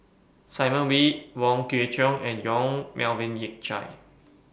Simon Wee Wong Kwei Cheong and Yong Melvin Yik Chye